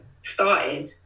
started